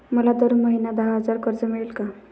मला दर महिना दहा हजार कर्ज मिळेल का?